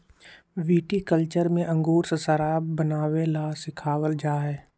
viticulture में अंगूर से शराब बनावे ला सिखावल जाहई